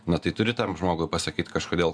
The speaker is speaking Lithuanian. na tai turi tam žmogui pasakyt kažkodėl